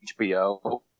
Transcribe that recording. HBO